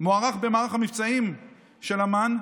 מוערך במערך המבצעים של אמ"ן,